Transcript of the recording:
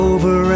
Over